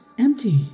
empty